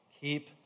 keep